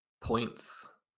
points